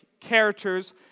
characters